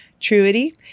Truity